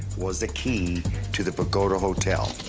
was the key to the pagoda hotel.